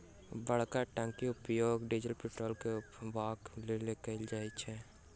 बड़का टंकीक उपयोग डीजल पेट्रोल के उघबाक लेल कयल जाइत छै